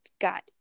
got